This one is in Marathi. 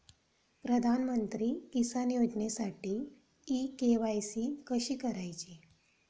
प्रधानमंत्री किसान योजनेसाठी इ के.वाय.सी कशी करायची?